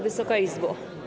Wysoka Izbo!